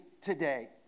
today